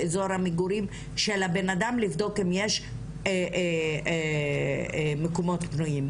באזור המגורים של הבן אדם כדי לבדוק האם יש מקומות פנויים,